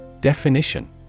Definition